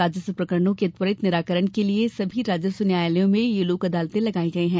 राजस्व प्रकरणों के त्वरित निराकरण के लिए सभी राजस्व न्यायालयों में यह लोक अदालत लगाई गयी हैं